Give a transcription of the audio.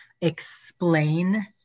explain